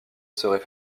serait